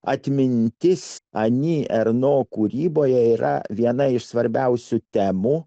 atmintis ani erno kūryboje yra viena iš svarbiausių temų